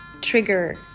trigger